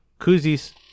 Koozies